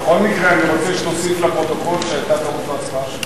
בכל מקרה אני רוצה שתוסיף לפרוטוקול שהיתה טעות בהצבעה שלי.